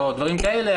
או דברים כאלה,